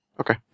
Okay